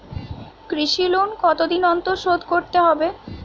কৃষি লোন কতদিন অন্তর শোধ করতে হবে?